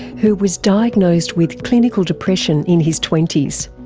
who was diagnosed with clinical depression in his twenties.